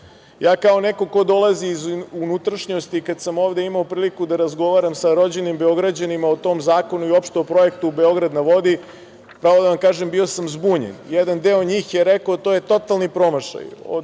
vodi“.Kao neko ko dolazi iz unutrašnjosti, kada sam ovde imao priliku da razgovaram sa rođenim Beograđanima o tom zakonu i uopšte o projektu „Beograd na vodi“, pravo da vam kažem, bio sam zbunjen, jedan deo njih je reko da je to totalni promašaj, od